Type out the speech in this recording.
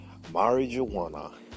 marijuana